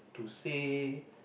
to say